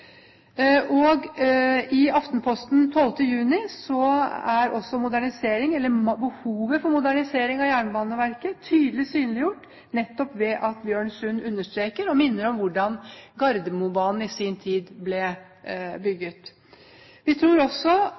selskaper. I Aftenposten 12. juni er også behovet for modernisering av Jernbaneverket tydelig synliggjort, nettopp ved at Bjørn Sund understreker og minner om hvordan Gardermobanen i sin tid ble bygget.